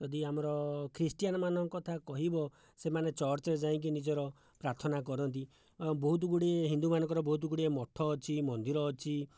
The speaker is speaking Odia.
ଯଦି ଆମର ଖ୍ରୀଷ୍ଟିଆନମାନଙ୍କ କଥା କହିବ ସେମାନେ ଚର୍ଚ୍ଚରେ ଯାଇକି ନିଜର ପ୍ରାର୍ଥନା କରନ୍ତି ବହୁତଗୁଡ଼ିଏ ହିନ୍ଦୁମାନଙ୍କର ବହୁତଗୁଡ଼ିଏ ମଠ ଅଛି ମନ୍ଦିର ଅଛି